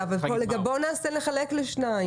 בואו נחלק לשניים.